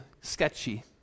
sketchy